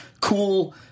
cool